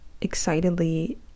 excitedly